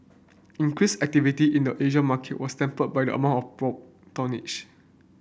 increased activity in the Asian market was tempered by the amount of prompt tonnage